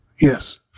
Yes